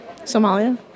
Somalia